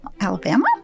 Alabama